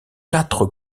quatre